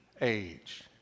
age